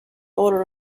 order